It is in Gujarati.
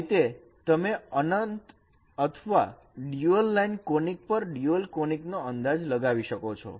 આ રીતે તમે અનંત અથવા ડ્યુઅલ લાઈન કોનીક પર ડ્યુઅલ કોનીક નો અંદાજ લગાવી શકો છો